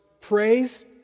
praise